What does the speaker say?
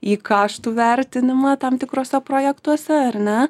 į kaštų vertinimą tam tikruose projektuose ar ne